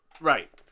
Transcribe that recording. Right